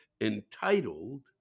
entitled